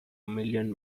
million